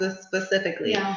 specifically